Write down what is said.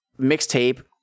mixtape